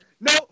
no